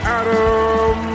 adam